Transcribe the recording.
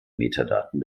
metadaten